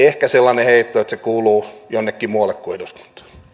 ehkä sellainen heitto että se kuuluu jonnekin muualle kuin